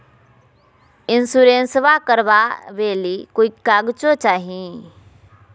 इंसोरेंसबा करबा बे ली कोई कागजों चाही?